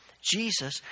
Jesus